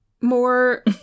more